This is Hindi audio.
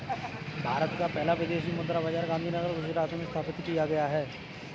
भारत का पहला विदेशी मुद्रा बाजार गांधीनगर गुजरात में स्थापित किया गया है